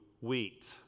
wheat